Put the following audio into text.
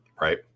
right